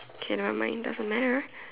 okay never mind doesn't matter